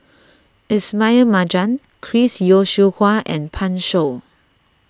Ismail Marjan Chris Yeo Siew Hua and Pan Shou